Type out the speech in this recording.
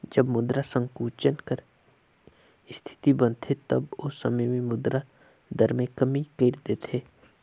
जब मुद्रा संकुचन कर इस्थिति बनथे तब ओ समे में मुद्रा दर में कमी कइर देथे